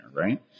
right